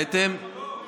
בהתאם, תחזור, לא הבנו.